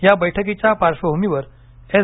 या बैठकीच्या पार्श्र्वभूमीवर एस